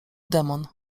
demon